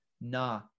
Nah